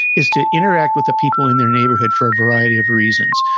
is to interact with the people in their neighborhood for a variety of reasons.